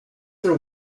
are